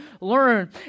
learn